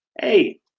hey